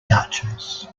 duchess